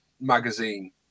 magazine